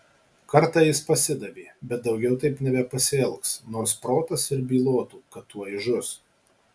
kartą jis pasidavė bet daugiau taip nebepasielgs nors protas ir bylotų kad tuoj žus